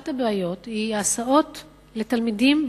אחת הבעיות היא הסעות לתלמידים,